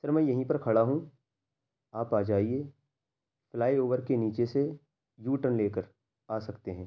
سر میں یہیں پر کھڑا ہوں آپ آجائیے فلائی اوور کے نیچے سے یو ٹرن لے کر آ سکتے ہیں